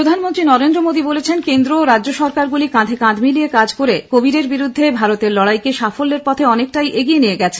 প্রধানমন্ত্রী নরেন্দ্র মোদী বলেছেন কেন্দ্র ও রাজ্য সরকারগুলি কাঁধে কাঁধ মিলিয়ে কাজ করে কোভিডের বিরুদ্ধে ভারতের লড়াইকে সাফল্যের পথে অনেকটাই এগিয়ে নিয়ে গেছে